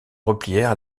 replièrent